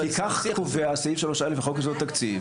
כי כך קובע סעיף 3(א) לחוק יסודות התקציב,